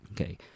okay